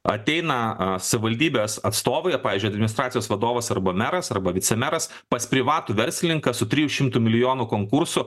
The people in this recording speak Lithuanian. ateina savivaldybės atstovai pavyzdžiui administracijos vadovas arba meras arba vicemeras pas privatų verslininką su trijų šimtų milijonų konkursu